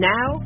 Now